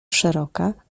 szeroka